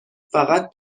فقط